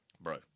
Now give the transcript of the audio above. Bro